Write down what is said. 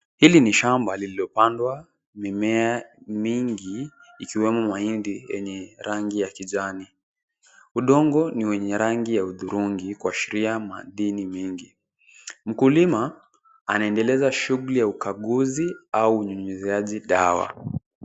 Hili ni shamba lililopandwa mimea mingi, ikiwemo mahindi yenye rangi ya kijani. Udongo ni wenye rangi ya hudhurungi kuashiria maadini mengi. Mkulima anaendeleza shughuli ya ukaguzi au unyunyiziaji dawa.